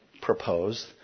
proposed